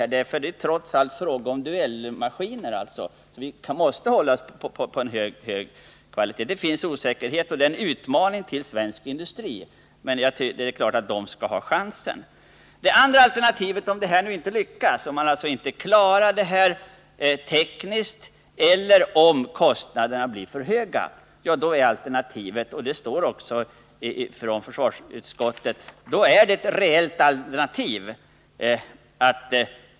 Det är ju trots allt fråga om duellmaskiner, så vi måste hålla oss till plan med goda prestanda. Det finns osäkerhetsfaktorer, och det här är en utmaning till svensk industri. Men det är givet att den skall ha chansen. Alternativet om detta inte Ilvckas — om man inte klarar det tekniska eller om kostnaderna blir för höga — är att göra en anskaffning i utlandet. Försvarsutskottet säger också att det är ett alternativ.